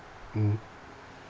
mm